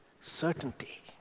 certainty